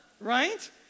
right